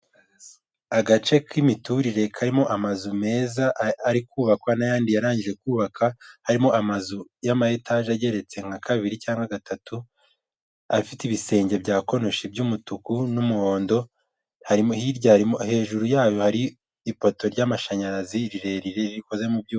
Agace k'imiturire karimo amazu meza ari kubakwa n'ayandi yarangije kubaka, harimo amazu yama etage ageretse nka kabiri cyangwa gatatu, afite ibisenge bya konoshi by'umutuku n'umuhondo, hejuru yayo hari ifoto ry'amashanyarazi rirerire rikoze mu byuma .